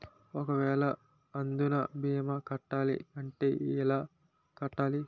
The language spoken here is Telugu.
ఒక వేల అందునా భీమా కట్టాలి అంటే ఎలా కట్టాలి?